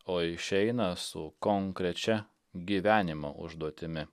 o išeina su konkrečia gyvenimo užduotimi